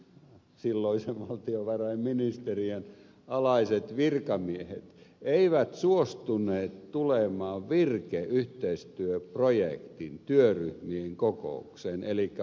silloisen valtiovarainministeriön alaiset virkamiehet eivät suostuneet tulemaan virke yhteistyöprojektin työryhmien kokoukseen elikkä boikotoivat sitä